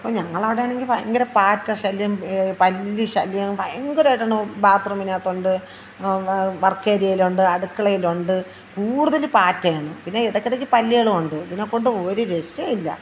ഇപ്പോൾ ഞങ്ങളുടെ അവിടെയാണെങ്കിൽ ഭയങ്കര പാറ്റ ശല്യം പല്ലി ശല്യം ഭയങ്കരമായിട്ടുണ്ട് ബാത്റൂമിനകത്തുണ്ട് വർക്ക് ഏരിയയിലുണ്ട് അടുക്കളയിലുണ്ട് കൂടുതൽ പാറ്റയാണ് പിന്നെ ഇടയ്ക്കിടയ്ക്ക് പല്ലികളും ഉണ്ട് ഇതിനെക്കൊണ്ട് ഒരു രക്ഷയില്ല